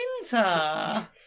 Winter